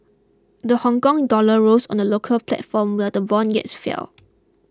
the Hongkong dollar rose on the local platform while the bond yields fell